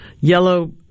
yellow